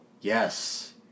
yes